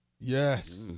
Yes